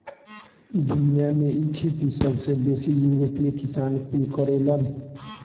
दुनिया में इ खेती सबसे बेसी यूरोपीय किसान कुल करेलन